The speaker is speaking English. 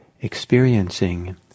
experiencing